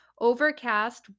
Overcast